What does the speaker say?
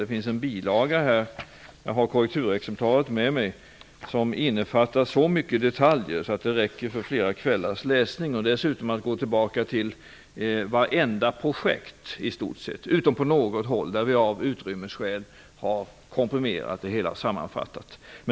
Jag har korrekturexemplaret av skrivelsen med mig, och här finns en bilaga som innefattar så mycket detaljer att det räcker för flera kvällars läsning. Dessutom tar vi i skrivelsen upp i stort sett vartenda projekt, utom något, där vi av utrymmesskäl har komprimerat och sammanfattat.